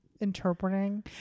interpreting